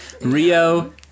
Rio